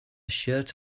shirt